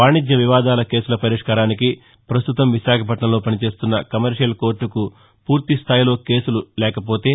వాణిజ్య వివాదాల కేసుల పరిష్కారానికి ప్రస్తుతం విశాఖలో పనిచేస్తున్న కమర్వియల్ కోర్లుకు పూర్తిస్థాయిలో కేసులు లేకపోతే